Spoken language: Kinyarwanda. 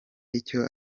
icyo